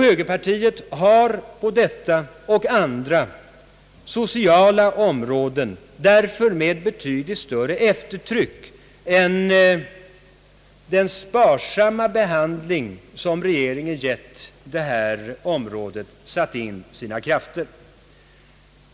Högerpartiet har på detta och andra sociala områden därför med betydligt större eftertryck än den sparsamma behandling, som regeringen gett detta område, satt in sina krafter.